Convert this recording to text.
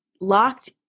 locked